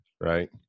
right